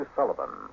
Sullivan